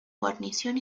guarnición